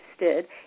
interested